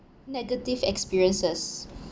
negative experiences